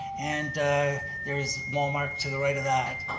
and there's walmart to the right of that.